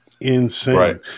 insane